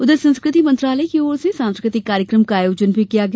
उधर संस्कृति मंत्रालय की ओर से सांस्कृतिक कार्यक्रम का आयोजन भी किया गया